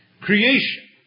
creation